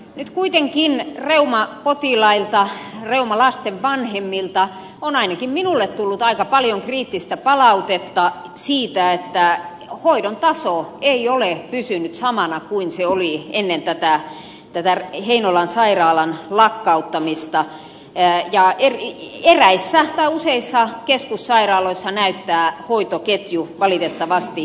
nyt kuitenkin reumapotilailta reumalasten vanhemmilta on ainakin minulle tullut aika paljon kriittistä palautetta siitä että hoidon taso ei ole pysynyt samana kuin se oli ennen tätä heinolan sairaalan lakkauttamista ja useissa keskussairaaloissa näyttää hoitoketju valitettavasti pettävän